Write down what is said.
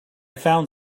found